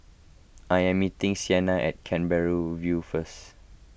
I am meeting Sienna at Canberra View first